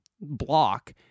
block